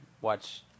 watch